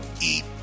eat